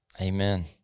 Amen